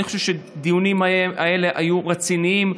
אני חושב שהדיונים האלה היו רציניים,